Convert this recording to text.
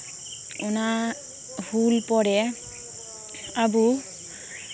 ᱚᱱᱟ ᱦᱩᱞ ᱯᱚᱨᱮ ᱟᱵᱚ